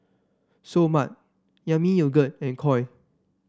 Seoul Mart Yami Yogurt and Koi